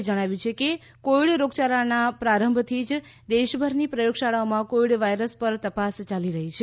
એ જણાવ્યું છે કે કોવિડ રોગયાળાના પ્રારંભથી જ દેશભરની પ્રયોગશાળાઓમાં કોવિડ વાયરસ પર તપાસ ચાલી રહી છે